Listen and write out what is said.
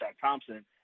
Thompson